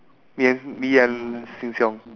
me and me and seng-siong